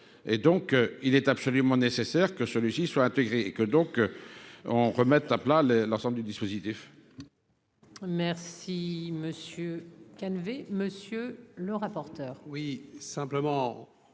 et donc il est absolument nécessaire que celui-ci soit intégré, et que donc on remette à plat les l'ensemble du dispositif. Merci Monsieur Calvez, monsieur le rapporteur. Oui, simplement